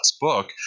book